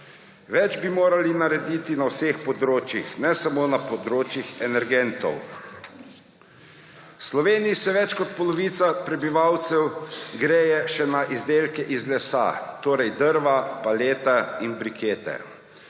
Več bi morali narediti na vseh področjih, ne samo na področju energentov. V Sloveniji se več kot polovica prebivalcev greje še na izdelke iz lesa, torej drva, pelete in brikete.